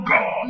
God